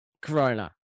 Corona